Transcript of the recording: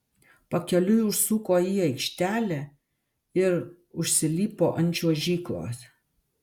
pakeliui užsuko į aikštelę ir užsilipo ant čiuožyklos